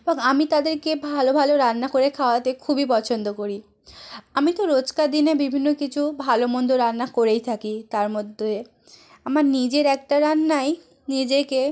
এবং আমি তাদেরকে ভালো ভালো রান্না করে খাওয়াতে খুবই পছন্দ করি আমি তো রোজকার দিনে বিভিন্ন কিছু ভালো মন্দ রান্না করেই থাকি তার মধ্যে আমার নিজের একটা রান্নাই নিজেকে